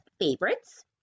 favorites